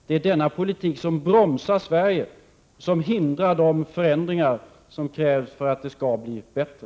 Det är denna politik som bromsar Sverige och som hindrar de förändringar som krävs för att det skall bli bättre.